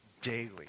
daily